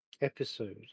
episode